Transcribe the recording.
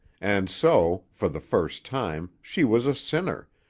and so, for the first time, she was a sinner,